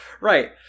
right